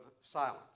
silence